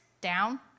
down